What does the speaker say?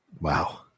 Wow